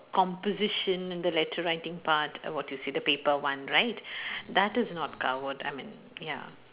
composition and the letter writing part what you see the paper one right that is not covered I mean ya